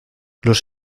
los